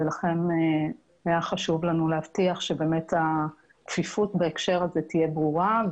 ולכן היה חשוב לנו להבטיח שהכפיפות בהקשר הזה תהיה ברורה,